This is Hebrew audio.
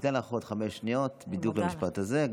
אני אתן לך עוד חמש שניות בדיוק על המשפט הזה.